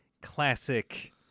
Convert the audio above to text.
classic